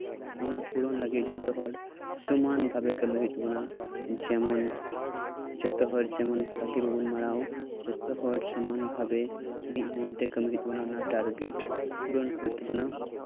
ᱚᱱᱟ ᱯᱩᱨᱚᱱ ᱞᱟᱹᱜᱤᱫ ᱡᱚᱛᱚ ᱦᱚᱲ ᱥᱚᱢᱟᱱ ᱵᱷᱟᱵᱮ ᱠᱟᱹᱢᱤ ᱦᱩᱭᱩᱜ ᱛᱟᱵᱳᱱᱟ ᱡᱮᱢᱚᱱ ᱡᱚᱛᱚᱦᱚᱲ ᱯᱷᱟᱹᱠᱤ ᱵᱟᱵᱚᱱ ᱢᱟᱨᱟᱣᱟ ᱡᱚᱛᱚ ᱦᱚᱲ ᱥᱚᱢᱟᱱ ᱵᱷᱟᱵᱮ ᱢᱤᱫ ᱢᱚᱱᱛᱮ ᱠᱟᱹᱢᱤ ᱦᱩᱭᱩᱜ ᱛᱟᱵᱳᱱᱟ ᱚᱱᱟ ᱴᱟᱨᱜᱮᱴ ᱯᱩᱨᱚᱱ ᱦᱩᱭᱩᱜ ᱛᱟᱵᱳᱱᱟ